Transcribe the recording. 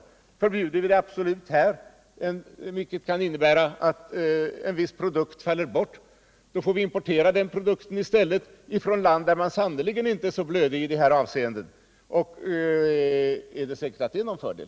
Inför vi ett förbud, vilket kan innebära att en viss produkt faller bort, får vi i stället importera denna produkt från ett land, där man sannerligen inte är så blödig i detta avseende. Är det säkert att detta är någon fördel?